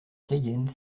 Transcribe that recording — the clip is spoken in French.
cayenne